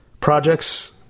projects